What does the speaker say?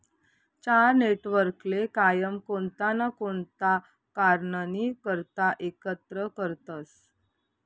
चार नेटवर्कले कायम कोणता ना कोणता कारणनी करता एकत्र करतसं